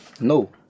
No